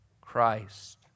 christ